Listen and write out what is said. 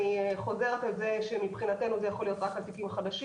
אני חוזרת על זה שמבחינתנו זה יכול להיות רק על תיקים חדשים,